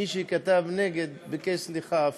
מי שכתב נגד ביקש סליחה.